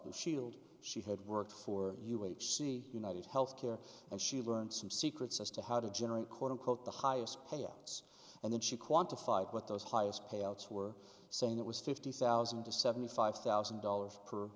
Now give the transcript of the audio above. blue shield she had worked for u h c united health care and she learned some secrets as to how to generate quote unquote the highest payouts and then she quantified what those highest payouts were saying that was fifty thousand to seventy five thousand dollars per